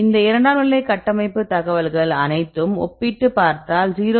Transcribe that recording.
இந்த இரண்டாம் நிலை கட்டமைப்பு தகவல்கள் அனைத்தும் ஒப்பிட்டுப் பார்த்தால் 0